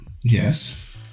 Yes